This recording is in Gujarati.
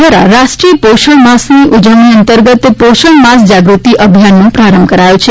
દ્વારા રાષ્ટ્રીય પોષણ માસની ઉજવણી અંતર્ગત પોષણ માસ જાગૃતિ અભિયાનનો પ્રારંભ કરાયો છે